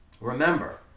Remember